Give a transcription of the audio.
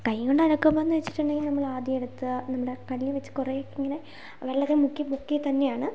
കൈകൊണ്ട് അലക്കുമ്പോൾ എന്നു വച്ചിട്ടുണ്ടെങ്കിൽ നമ്മൾ ആദ്യം എടുത്ത നമ്മുടെ കല്ല് വച്ച് കുറേ ഇങ്ങനെ വെള്ളത്തിൽ മുക്കി മുക്കി തന്നെയാണ്